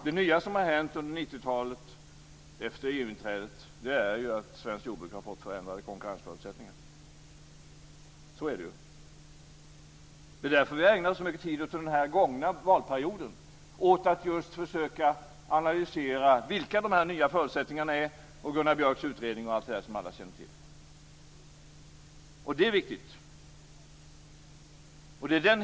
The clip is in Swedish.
Det nya som har hänt efter EU-inträdet under 90 talet är att svenskt jordbruk har fått förändrade konkurrensförutsättningar. Så är det. Det är därför vi har ägnat så mycket av den gångna mandatperioden åt att försöka analysera vilka dessa nya förutsättningar är. Alla känner till Gunnar Björks utredning. Det är viktigt.